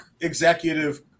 executive